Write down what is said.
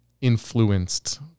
influenced